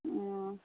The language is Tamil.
ம்